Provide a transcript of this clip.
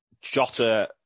Jota